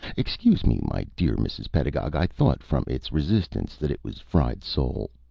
excuse me, my dear mrs. pedagog. i thought from its resistance that it was fried sole.